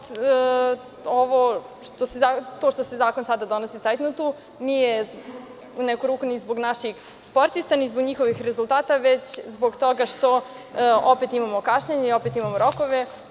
To što se sada zakon donosi u cajtnotu nije u neku ruku ni zbog naših sportista ni zbog njihovih rezultata, već zbog toga što opet imamo kašnjenja i opet imamo rokove.